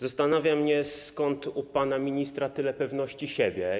Zastanawia mnie, skąd u pana ministra tyle pewności siebie.